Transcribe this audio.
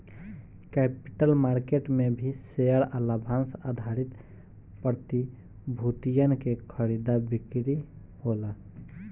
capital market में भी share आ लाभांस आधारित प्रतिभूतियन के खरीदा बिक्री होला